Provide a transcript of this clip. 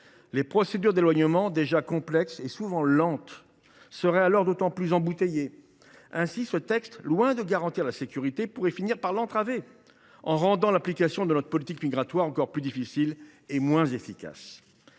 Les procédures d’éloignement, déjà complexes et souvent lentes, seraient alors d’autant plus embouteillées. Ainsi, ce texte, loin de garantir la sécurité, pourrait finir par l’entraver, en rendant l’application de notre politique migratoire encore plus difficile et moins efficace.